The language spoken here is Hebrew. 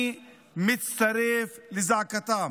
אני מצטרף לזעקתם.